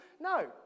No